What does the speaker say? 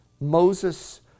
Moses